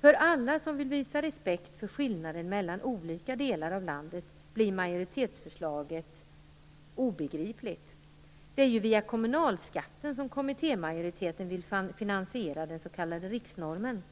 För alla som vill visa respekt för skillnaden mellan olika delar av landet blir majoritetsförslaget obegripligt. Det är ju via kommunalskatten som kommittémajoriteten vill finansiera den s.k. riksnormen.